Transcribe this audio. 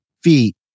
feet